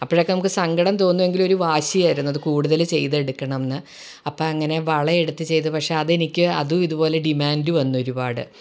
അപ്പോഴൊക്കെ നമുക്ക് സങ്കടം തോന്നുവെങ്കിലും ഒര് വാശിയായിരുന്നത് കൂടുതൽ ചെയ്തെടുക്കണമെന്ന് അപ്പം അങ്ങനെ വളയെടുത്തു ചെയ്ത് പക്ഷെ അതെനിക്ക് അതു ഇതുപോലെ ഡിമാൻറ്റ് വന്നു ഒരുപാട്